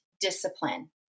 discipline